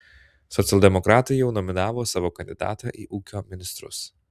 socialdemokratai jau nominavo savo kandidatą į ūkio ministrus